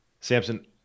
Samson